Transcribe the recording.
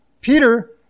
Peter